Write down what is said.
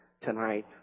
tonight